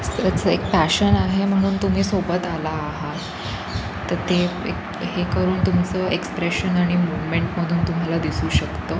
तसंच एक पॅशन आहे म्हणून तुम्ही सोबत आला आहात तर ते हे करून तुमचं एक्सप्रेशन आणि मूवमेंटमधून तुम्हाला दिसू शकतं